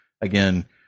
again